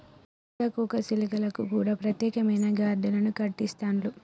సీతాకోక చిలుకలకు కూడా ప్రత్యేకమైన గార్డెన్లు కట్టిస్తాండ్లు